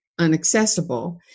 unaccessible